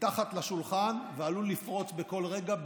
מתחת לשולחן ועלול לפרוץ בכל רגע,